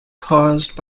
caused